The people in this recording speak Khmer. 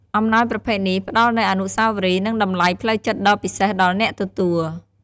អំណោយប្រភេទនេះ ផ្ដល់នូវអនុស្សាវរីយ៍ និងតម្លៃផ្លូវចិត្តដ៏ពិសេសដល់អ្នកទទួល។